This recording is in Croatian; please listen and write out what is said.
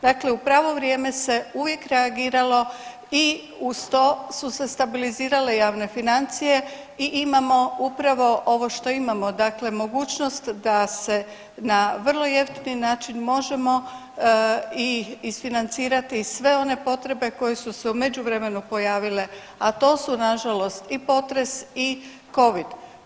Dakle, u pravo vrijeme se uvijek reagiralo i uz to su se stabilizirale javne financije i imamo upravo ovo što imamo, dakle mogućnost da se na vrlo jeftin način možemo isfinancirati sve one potrebe koje su se u međuvremenu pojavile, a to su nažalost i potres i covid.